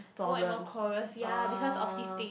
more and more quarrels ya because of this thing